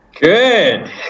good